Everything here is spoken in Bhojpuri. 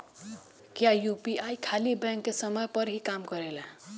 क्या यू.पी.आई खाली बैंक के समय पर ही काम करेला?